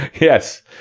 Yes